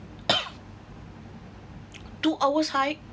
two hours hike